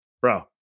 Bro